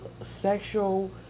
sexual